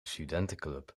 studentenclub